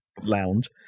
lounge